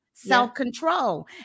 self-control